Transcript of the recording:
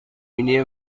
بینی